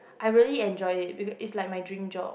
I really enjoy it it's like my dream job